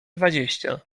dwadzieścia